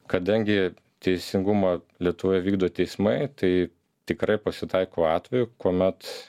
kadangi teisingumą lietuvoje vykdo teismai tai tikrai pasitaiko atvejų kuomet